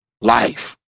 life